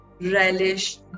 relish